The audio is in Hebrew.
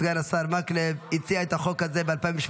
סגן השר מקלב הציע את החוק הזה ב-2018,